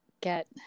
get